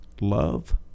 love